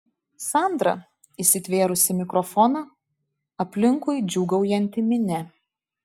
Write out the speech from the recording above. sandra įsitvėrusi mikrofoną aplinkui džiūgaujanti minia